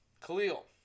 Khalil